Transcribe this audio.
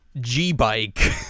G-Bike